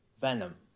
Venom